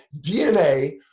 DNA